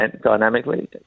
dynamically